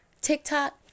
tiktok